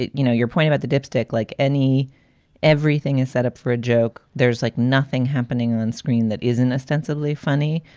you know, you're pointing out the dipstick like any everything is set up for a joke. there's like nothing happening on screen that isn't ostensibly funny.